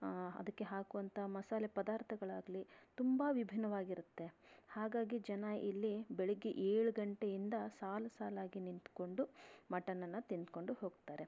ಅದಕ್ಕೆ ಹಾಕುವಂಥ ಮಸಾಲೆ ಪದಾರ್ಥಗಳಾಗ್ಲಿ ತುಂಬ ವಿಭಿನ್ನವಾಗಿರತ್ತೆ ಹಾಗಾಗಿ ಜನ ಇಲ್ಲಿ ಬೆಳಗ್ಗೆ ಏಳು ಗಂಟೆಯಿಂದ ಸಾಲು ಸಾಲಾಗಿ ನಿಂತ್ಕೊಂಡು ಮಟನ್ ಅನ್ನು ತಿನ್ಕೊಂಡು ಹೋಗ್ತಾರೆ